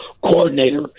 coordinator